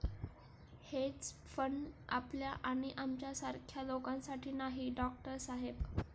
hedge fund आपल्या आणि आमच्यासारख्या लोकांसाठी नाही, डॉक्टर साहेब